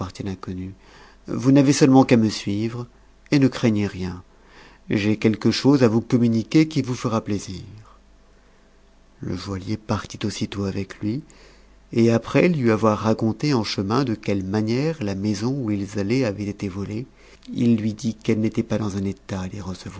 l'inconnu vous n'avez seulement qu'à me suivre et necraignex rien j'ai quelque chose à vous communiquer qui vous fera plaisir a le joaillier partit aussitôt avec lui et après lui avoir raconté en chemin dp quelle manière la maison où ils allaient avait été volée il lui dit qu'elle n'était pas dans un état